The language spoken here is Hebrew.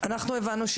אנחנו הבנו: